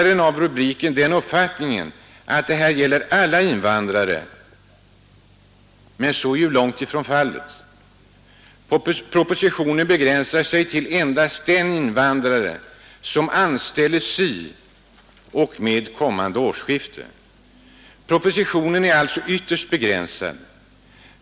den uppfattningen att det här gäller alla invandrare men så är ju långt ifrån fallet. Propositionen begränsar sig till endast de invandrare som anställes i och med kommande årsskifte. Propositionen är alltså ytterst begränsad.